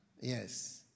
Yes